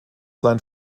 sein